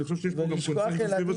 אני חושב שיש גם קונצנזוס סביב השולחן,